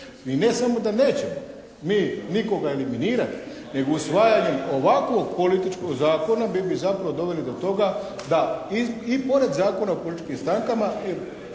Mi ne samo da nećemo, mi nikoga eliminirati nego usvajanjem ovakvog političkog zakona mi bi zapravo doveli do toga da i pored Zakona o političkim strankama